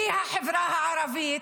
שהיא החברה הערבית,